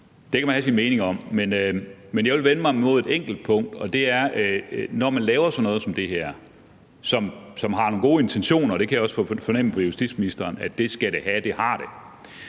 Det kan man have sine meninger om. Men jeg vil vende mig mod et enkelt punkt. Når man laver sådan noget som det her, som har nogle gode intentioner – det kan jeg også fornemme på justitsministeren at det skal have, og det har det